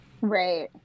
Right